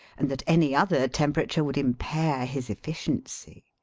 and that any other tem perature would impair his efficiency.